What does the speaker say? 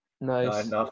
Nice